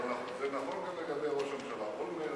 אבל זה נכון גם לגבי ראש הממשלה אולמרט,